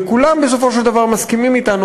וכולם בסופו של דבר מסכימים אתנו,